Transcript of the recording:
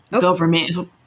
government